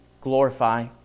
glorify